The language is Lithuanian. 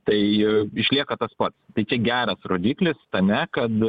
tai išlieka tas pats tai čia geras rodiklis tame kad